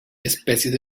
especies